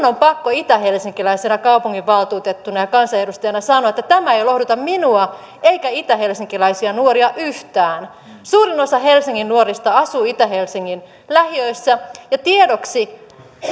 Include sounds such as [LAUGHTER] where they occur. [UNINTELLIGIBLE] on pakko itähelsinkiläisenä kaupunginvaltuutettuna ja kansanedustajana sanoa että tämä ei lohduta minua eikä itähelsinkiläisiä nuoria yhtään suurin osa helsingin nuorista asuu itä helsingin lähiöissä ja tiedoksi